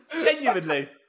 Genuinely